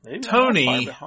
Tony